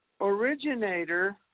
originator